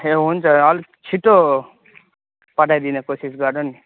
ए हुन्छ अलिक छिटो पठाइदिने कोसिस गर्नु नि